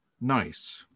Nice